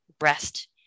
rest